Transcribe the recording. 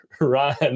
Ryan